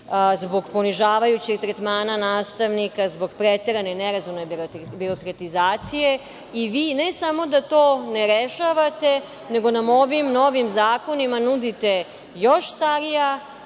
zbog ponižavajućeg tretmana nastavnika, zbog preterane nerazumne demokratizacije. Vi ne samo da to ne rešavate, nego nam ovim novim zakonima nudite još starija,